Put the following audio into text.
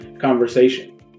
conversation